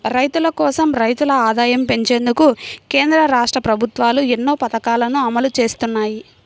రైతుల కోసం, రైతుల ఆదాయం పెంచేందుకు కేంద్ర, రాష్ట్ర ప్రభుత్వాలు ఎన్నో పథకాలను అమలు చేస్తున్నాయి